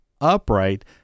upright